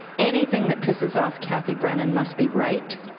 anything that pisses off kathy brannon must be right.